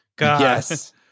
Yes